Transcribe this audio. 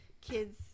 kids